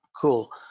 cool